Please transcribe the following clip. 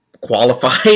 qualified